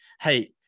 hey